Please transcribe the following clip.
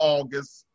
August